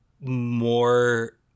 more